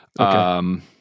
Okay